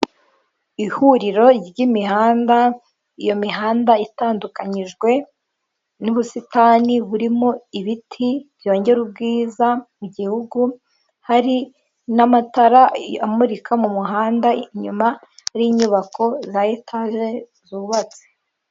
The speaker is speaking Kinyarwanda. Ihuriro ry'imihanda iyo mihanda itandukanyijwe n'ubusitani burimo ibiti byongera ubwiza mu gihugu, hari n'amatara amurika mu muhanda, inyuma hari inyubako za etaje zubatse.